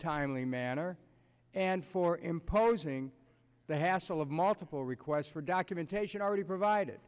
timely manner and for imposing the hassle of multiple requests for documentation already provided